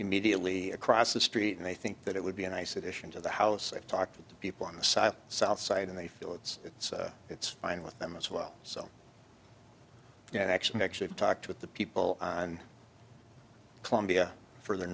immediately across the street and i think that it would be a nice addition to the house i've talked to people on the side south side and they feel it's it's it's fine with them as well so you know actually actually talked with the people on columbia further